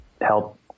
help